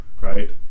right